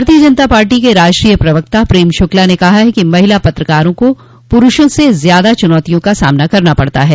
भारतीय जनता पार्टी के राष्ट्रीय प्रवक्ता प्रेम शुक्ला ने कहा है कि महिला पत्रकारों को पुरूषों से ज्यादा चुनौतियों का सामना करना पड़ता है